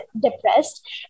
depressed